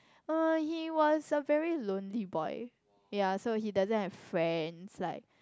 uh he was a very lonely boy ya so he doesn't have friends like